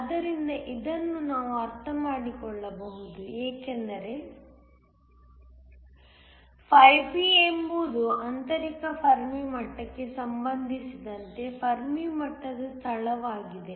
ಆದ್ದರಿಂದ ಇದನ್ನು ನಾವು ಅರ್ಥಮಾಡಿಕೊಳ್ಳಬಹುದು ಏಕೆಂದರೆ B ಎಂಬುದು ಆಂತರಿಕ ಫರ್ಮಿ ಮಟ್ಟಕ್ಕೆ ಸಂಬಂಧಿಸಿದಂತೆ ಫೆರ್ಮಿ ಮಟ್ಟದ ಸ್ಥಳವಾಗಿದೆ